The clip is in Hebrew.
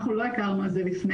אנחנו לא הכרנו את זה לפני,